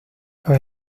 los